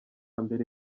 mbere